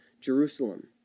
Jerusalem